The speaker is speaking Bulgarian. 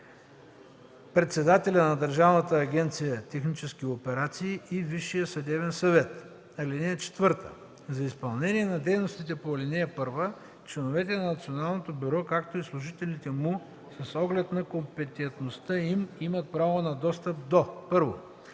председателя на Държавна агенция „Технически операции” и Висшия съдебен съвет. (4) За изпълнение на дейностите по ал. 1 членовете на Националното бюро, както и служителите му, с оглед компетентността им, имат право на достъп до: 1.